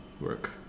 work